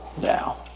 now